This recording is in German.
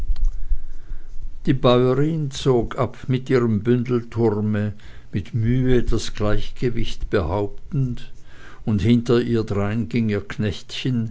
die bäuerin zog ab mit ihrem bündelturme mit mühe das gleichgewicht behauptend und hinter ihr drein ging ihr knechtchen